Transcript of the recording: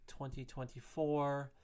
2024